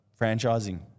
franchising